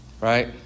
Right